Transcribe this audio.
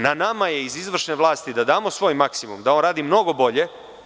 Na nama je iz izvršne vlasti da damo svoj maksimum, da on radi mnogo bolje.